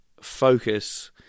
focus